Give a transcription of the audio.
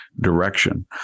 direction